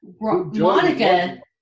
Monica